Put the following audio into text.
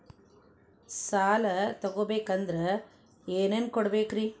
ಸಾಲ ತೊಗೋಬೇಕಂದ್ರ ಏನೇನ್ ಕೊಡಬೇಕ್ರಿ?